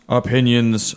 opinions